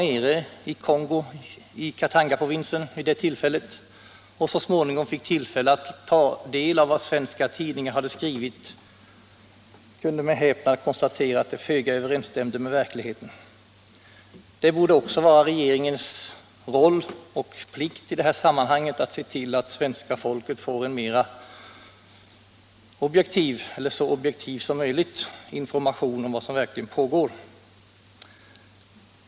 De som befann sig i Katangaprovinsen i Kongo vid det tillfället och som så småningom fick tillfälle att ta del av vad svenska tidningar hade skrivit kunde med häpnad konstatera att skildringarna föga överensstämde med verkligheten. Det borde vara regeringens plikt i detta sammanhang att se till att svenska folket får en så objektiv information som möjligt om vad som verkligen pågår.